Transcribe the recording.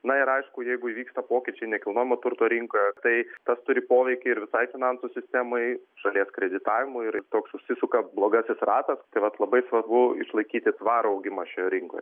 na ir aišku jeigu įvyksta pokyčiai nekilnojamo turto rinkoje tai tas turi poveikį ir visai finansų sistemai šalies kreditavimui ir toks užsisuka blogasis ratas tai vat labai svarbu išlaikyti tvarų augimą šioje rinkoje